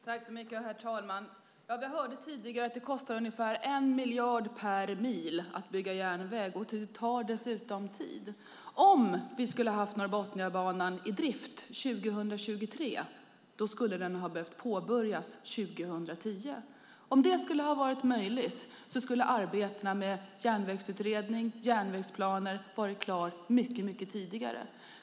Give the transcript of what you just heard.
Herr talman! Vi hörde tidigare att det kostar ungefär 1 miljard per mil att bygga järnväg, och det tar dessutom tid. Om vi skulle ha haft Norrbotniabanan i drift 2023 hade den behövt påbörjas 2010. Om det hade varit möjligt skulle arbetena med järnvägsutredning och järnvägsplaner ha varit klara mycket tidigare.